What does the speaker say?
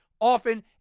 often